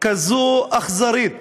כזו אכזרית